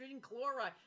chloride